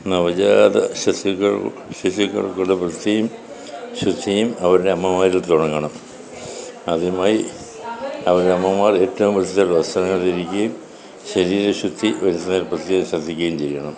നവജാത ശിശുക്കൾ ശിശുക്കൾക്കുളള വൃത്തിയും ശുചിയും അവരുടെ അമ്മമാരിൽ തുടങ്ങണം ആദ്യമായി അവരുടെ അമ്മമാർ ഏറ്റവും വൃത്തിയില് വസ്ത്രങ്ങൾ ധരിക്കുകയും ശരീരശുദ്ധി വരുത്തുവാൻ പ്രത്യേകം ശ്രദ്ധിക്കുകയും ചെയ്യണം